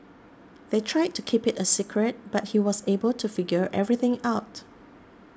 they tried to keep it a secret but he was able to figure everything out